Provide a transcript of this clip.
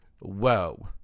Whoa